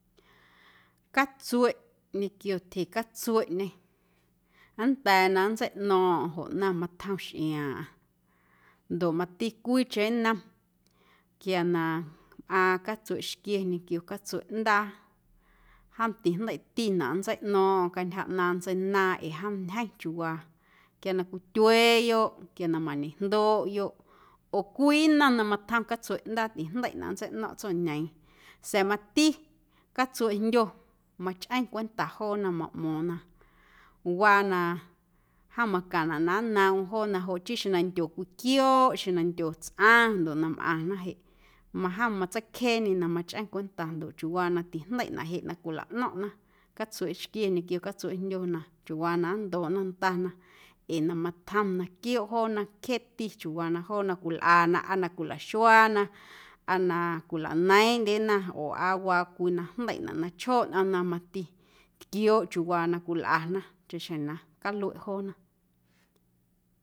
Catsueꞌ ñequio tyjecatsueꞌñê nnda̱a̱ na nntseiꞌno̱o̱ⁿꞌo̱ⁿ joꞌ ꞌnaⁿ matjom xꞌiaaⁿꞌaⁿ ndoꞌ mati cwiicheⁿ nnom quia na mꞌaaⁿ catsueꞌxquie ñequio catsueꞌndaa jom tijndeiꞌtinaꞌ nntseiꞌno̱o̱ⁿꞌo̱ⁿ cantyja ꞌnaaⁿ ntseinaaⁿ ee jom chiuuwaa quia na cwityueeyoꞌ quia na mañejndoꞌyoꞌ oo cwii nnom na matjom catsueꞌndaa tijndeiꞌnaꞌ nntseiꞌno̱ⁿꞌ tsoñeeⁿ. Sa̱a̱ mati catsueꞌjndyo machꞌeⁿ cwenta joona maꞌmo̱o̱ⁿ na waa na jom macaⁿnaꞌ na nnoomꞌm joona joꞌ chii xeⁿ na nndyo cwii quiooꞌ xeⁿ na nndyo tsꞌaⁿ ndoꞌ na mꞌaⁿna jeꞌ majom matseicjeeñe na machꞌeⁿ cwenta ndoꞌ chiuuwaa na tijndeiꞌnaꞌ jeꞌ cwilaꞌno̱ⁿꞌna catsueꞌxquie ñequio catsueꞌjndyo na chiuuwaa na nndoꞌna ndana ee matjom na quiooꞌ joona cjeeti chiuuwaa na joona cwilꞌana aa na cwilaxuaana aa na cwilaneiiⁿꞌndyena oo aa waa cwii na jndeiꞌnaꞌ na chjooꞌ nꞌomna mati tquiooꞌ chiuuwaa na cwilꞌana chaꞌxjeⁿ na calueꞌ joona.